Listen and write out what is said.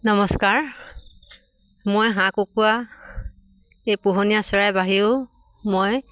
নমস্কাৰ মই হাঁহ কুকুৰা এই পোহনীয়া চৰাই বাহিৰেও মই